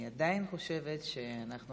אני עדיין חושבת שאנחנו